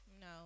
No